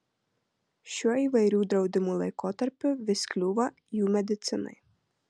šiuo įvairių draudimų laikotarpiu vis kliūva jų medicinai